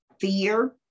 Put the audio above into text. fear